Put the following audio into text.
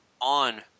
on